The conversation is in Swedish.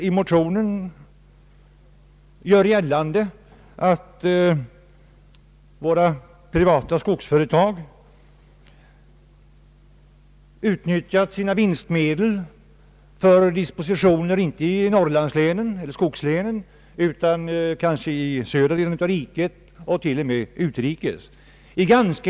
I motionerna görs gällande i ganska insinuanta ordalag att de privata skogsföretagen utnyttjat sina vinstmedel för dispositioner inte i skogslänen utan i rikets södra delar och till och med utrikes.